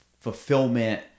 fulfillment